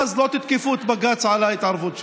ואני מקווה שאז לא תתקפו את בג"ץ על ההתערבות שלו.